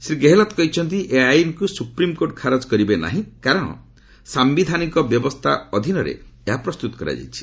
ଶ୍ରୀ ଗେହେଲତ୍ କହିଛନ୍ତି ଏହି ଆଇନ୍କୁ ସୁପ୍ରିମ୍କୋର୍ଟ ଖାରଜ କରିବେ ନାହିଁ କାରଣ ସାୟିଧାନିକ ବ୍ୟବସ୍ଥା ଅଧୀନରେ ଏହା ପ୍ରସ୍ତୁତ କରାଯାଇଛି